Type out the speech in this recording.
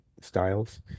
Styles